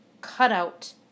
cutout